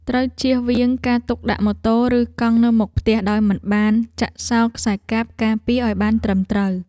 ត្រូវជៀសវាងការទុកដាក់ម៉ូតូឬកង់នៅមុខផ្ទះដោយមិនបានចាក់សោរខ្សែកាបការពារឱ្យបានត្រឹមត្រូវ។